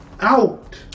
out